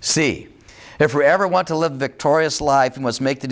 see if you ever want to live victorious life and was make the